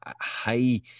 high